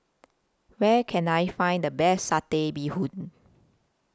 Where Can I Find The Best Satay Bee Hoon